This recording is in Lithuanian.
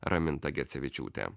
raminta gecevičiūtė